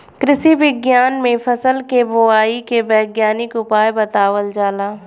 कृषि विज्ञान में फसल के बोआई के वैज्ञानिक उपाय बतावल जाला